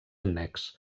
annex